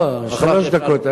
לא, שלוש דקות.